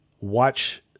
watch